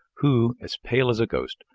who, as pale as a ghost,